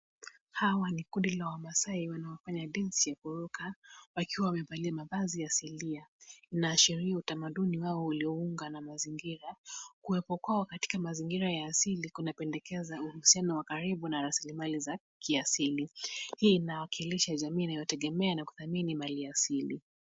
Hawa ni kundi la wamaasai wanaofanya densi ya kuruka wakiwa wamevalia mavazi ya asilia inashiria utamaduni wao ulio unga na mazingira kuwepo kwao katika mazingira ya asili kunapendekeza uhusiano wa karibu na rasilimali za kiasili hii ina wakilisha jamii inayotegemea na kudhamini mali asili.